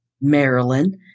Maryland